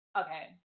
okay